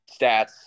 stats